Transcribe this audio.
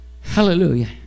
Hallelujah